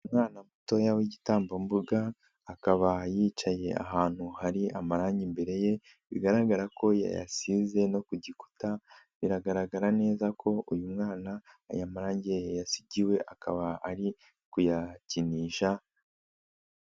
Umwana mutoya w'igitambambuga, akaba yicaye ahantu hari amarangi imbere ye, bigaragara ko yayasize no ku gikuta, biragaragara neza ko uyu mwana aya marange yayasigiwe akaba ari kuyakinisha.